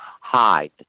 Hide